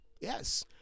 Yes